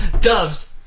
Doves